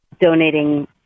donating